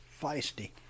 feisty